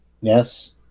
Yes